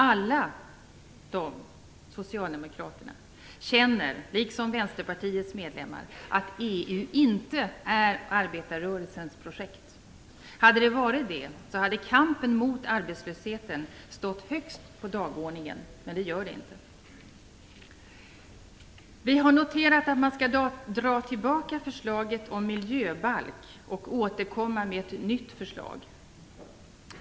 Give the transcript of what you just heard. Alla dessa socialdemokrater känner, liksom Vänsterpartiets medlemmar, att EU inte är arbetarrörelsens projekt. Hade det varit det, så hade kampen mot arbetslösheten stått högst upp på dagordningen. Men det gör den inte. Vi har noterat att man skall dra tillbaka förslaget om miljöbalk och återkomma med ett nytt förslag.